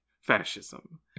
fascism